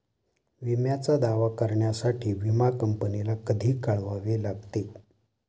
विम्याचा दावा करण्यासाठी विमा कंपनीला कधी कळवावे लागते?